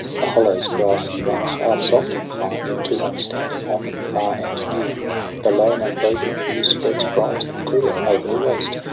the hollow's grassy banks are soft-inclined, and to one standing on them, far and near the lone unbroken view spreads bright and clear over the waste.